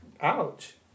Ouch